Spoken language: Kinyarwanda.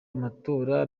amatora